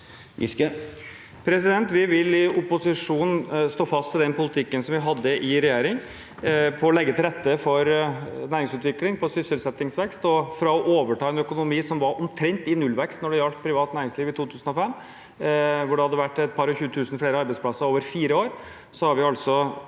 Vi vil i opposisjon stå fast ved den politikken vi hadde i regjering, på å legge til rette for næringsutvikling og på sysselsettingsvekst. Fra å overta en økonomi som var omtrent i nullvekst når det gjaldt privat næringsliv i 2005, hvor det hadde vært etpar-og-tjue-tusen flere arbeidsplasser over fire år, har vi altså